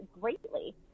greatly